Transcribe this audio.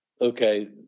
okay